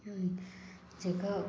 जेह्का